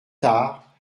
tard